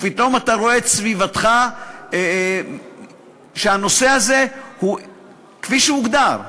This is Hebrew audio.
פתאום אתה רואה בסביבתך שהנושא הוא כפי שהוגדר,